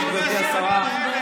שישתו קפה ביחד עם הילד?